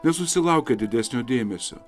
nesusilaukė didesnio dėmesio